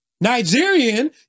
Nigerian